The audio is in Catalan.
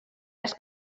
les